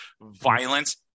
Violence